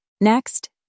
Next